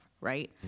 Right